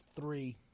three